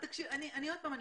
אני עוד פעם אומרת,